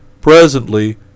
Presently